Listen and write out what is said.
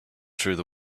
through